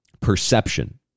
perception